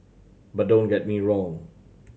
but don't get me wrong